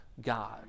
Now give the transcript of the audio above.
God